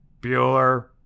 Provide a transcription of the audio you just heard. Bueller